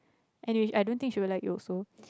anyways I don't think she would like you also